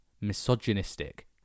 misogynistic